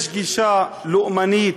יש גישה לאומנית,